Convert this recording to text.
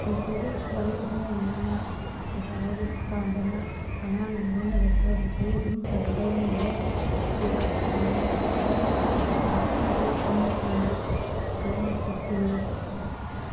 ꯄꯨꯟꯁꯤꯒꯤ ꯋꯥꯔꯦꯞ ꯑꯃ ꯑꯣꯏꯅ ꯑꯩꯅ ꯑꯣꯖꯥ ꯑꯣꯏꯕꯁꯤ ꯄꯥꯝꯕꯅ ꯑꯉꯥꯡ ꯂꯣꯏꯅꯕꯁꯤ ꯍꯧꯖꯤꯛꯇꯒꯤ ꯑꯗꯨꯝ ꯍꯧꯔꯒ ꯂꯣꯏꯅꯔꯦ ꯑꯗꯨꯒ ꯁ꯭ꯀꯨꯜ ꯑꯃꯗꯁꯨ ꯑꯩ ꯄꯥꯔꯠ ꯇꯥꯏꯝ ꯖꯣꯕ ꯑꯃ ꯑꯣꯏꯅ ꯁ꯭ꯀꯨꯜ ꯑꯃꯁꯨ ꯄꯨꯔꯤ